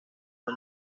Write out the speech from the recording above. con